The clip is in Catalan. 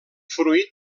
fruit